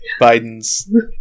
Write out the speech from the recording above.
Biden's